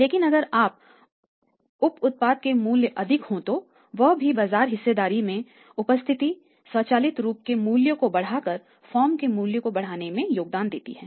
लेकिन अगर उप उत्पाद के मूल अधिक हो तो वह भी बाजार हिस्सेदारी में उपस्थिति स्वचालित रूप के मूल्य को बढ़ाकर फर्म के मूल्य को बढ़ाने में योगदान देती है